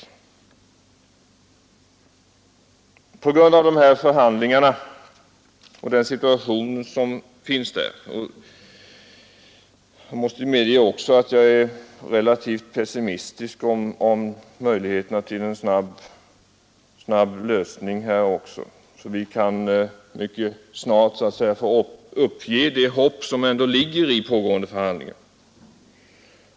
Jag måste samtidigt medge att jag är relativt pessimistisk i fråga om möjligheterna till en snabb förhandlingslösning. Vi kommer kanske att få uppge det hopp som ändå ligger i pågående förhandlingar.